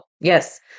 Yes